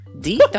Deep